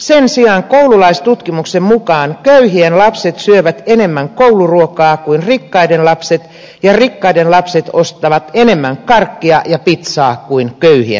sen sijaan koululaistutkimuksen mukaan köyhien lapset syövät enemmän kouluruokaa kuin rikkaiden lapset ja rikkaiden lapset ostavat enemmän karkkia ja pitsaa kuin köyhien lapset